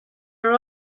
are